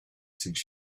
since